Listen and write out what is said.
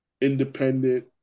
independent